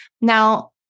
Now